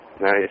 Nice